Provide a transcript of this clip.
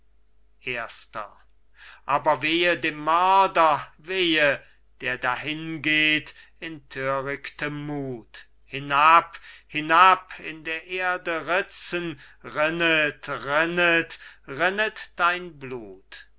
erster cajetan aber wehe dem mörder wehe der dahin geht in thörichtem muth hinab hinab in der erde ritzen rinnet rinnet rinnet sein blut